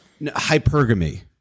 hypergamy